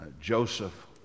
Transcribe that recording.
Joseph